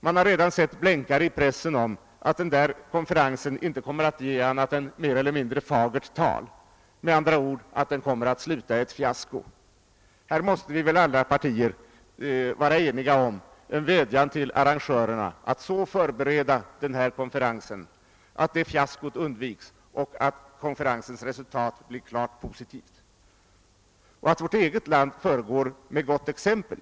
Man har redan kunnat se blänkare i pressen om att denna konferens inte kommer att leda till annat än fagert tal, dvs. att den kommer att sluta med fiasko. Vi måste inom alla partier vara eniga om en vädjan till arrangörerna att försöka förbereda denna konferens så att detta fiasko undviks och resultatet i stället blir klart positivt. Dessutom bör denna vädjan syfta till att vårt eget land skall föregå med gott exempel.